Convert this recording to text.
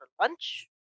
lunch